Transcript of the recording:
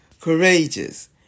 courageous